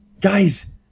guys